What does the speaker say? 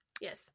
yes